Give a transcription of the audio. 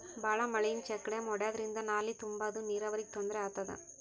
ಭಾಳ್ ಮಳಿಯಿಂದ check dam ಒಡ್ಯಾದ್ರಿಂದ ನಾಲಿ ತುಂಬಾದು ನೀರಾವರಿಗ್ ತೊಂದ್ರೆ ಆತದ